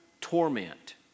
torment